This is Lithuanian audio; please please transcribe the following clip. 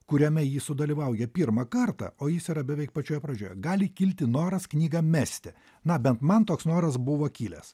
kuriame ji sudalyvauja pirmą kartą o jis yra beveik pačioje pradžioje gali kilti noras knygą mesti na bent man toks noras buvo kilęs